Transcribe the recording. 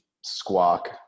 squawk